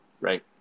right